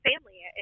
Family